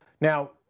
Now